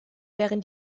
wären